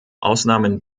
ausnahmen